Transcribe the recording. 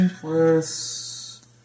plus